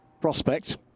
prospect